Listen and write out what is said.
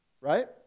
right